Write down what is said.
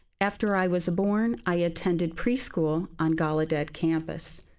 after i was born, i attended preschool on gallaudet campus.